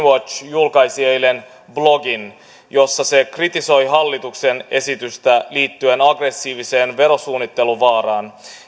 julkaisi eilen blogissaan tekstin jossa se kritisoi hallituksen esitystä liittyen aggressiivisen verosuunnittelun vaaraan